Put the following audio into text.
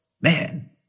man